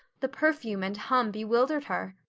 the perfume and hum bewildered her.